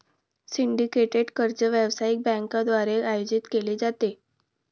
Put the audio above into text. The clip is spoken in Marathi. सिंडिकेटेड कर्ज व्यावसायिक बँकांद्वारे आयोजित केले जाते